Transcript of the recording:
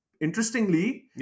Interestingly